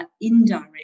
indirect